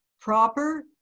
proper